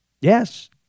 Yes